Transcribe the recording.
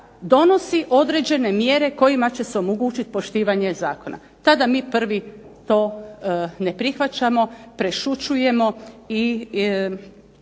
donosi određene mjere kojima će se omogućiti poštivanje Zakona. Tada mi prvi to ne prihvaćamo, prešućujemo i